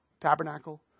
Tabernacle